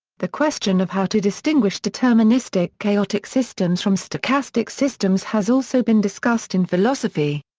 the question of how to distinguish deterministic chaotic systems from stochastic systems has also been discussed in philosophy.